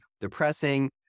depressing